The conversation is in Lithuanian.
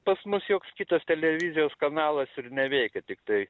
pas mus joks kitas televizijos kanalas ir neveikia tiktai